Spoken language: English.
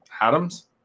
Adams